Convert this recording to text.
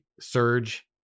surge